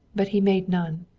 but he made none.